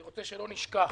בל נשכח,